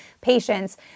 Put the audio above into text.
patients